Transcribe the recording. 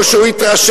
או שהוא התרשל,